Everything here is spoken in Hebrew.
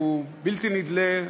הוא בלתי נדלה,